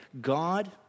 God